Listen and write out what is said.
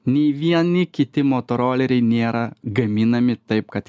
nei vieni kiti motoroleriai nėra gaminami taip kad